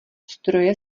stroje